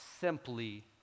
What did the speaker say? simply